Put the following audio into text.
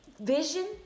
vision